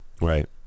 Right